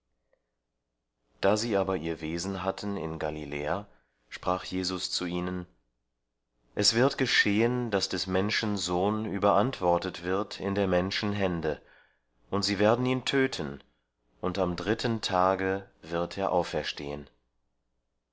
da sie aber ihr wesen hatten in galiläa sprach jesus zu ihnen es wird geschehen daß des menschen sohn überantwortet wird in der menschen hände und sie werden ihn töten und am dritten tage wird er auferstehen